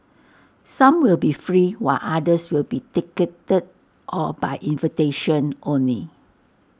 some will be free while others will be ticketed or by invitation only